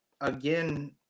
again